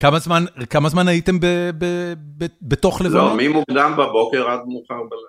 כמה זמן הייתם בתוך לבנון? לא, ממוקדם בבוקר עד מאוחר בלילה.